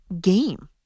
game